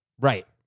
Right